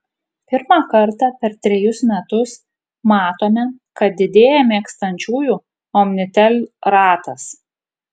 pirmą kartą per trejus metus matome kad didėja mėgstančiųjų omnitel ratas